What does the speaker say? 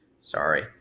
sorry